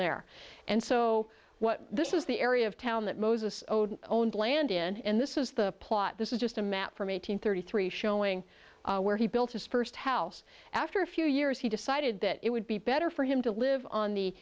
there and so what this was the area of town that moses owned land in and this is the plot this is just a map from eight hundred thirty three showing where he built his first house after a few years he decided that it would be better for him to live on the